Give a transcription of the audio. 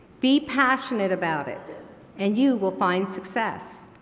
be passionate about it and you will find success.